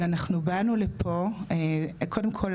אבל אנחנו באנו לפה, קודם כל,